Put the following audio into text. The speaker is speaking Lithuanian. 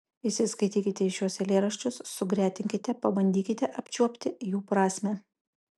įsiskaitykite į šiuos eilėraščius sugretinkite pabandykite apčiuopti jų prasmę